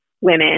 women